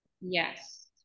Yes